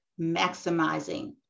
Maximizing